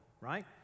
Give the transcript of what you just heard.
right